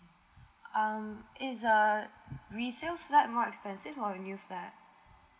um is a resale flat more expensive or a new flat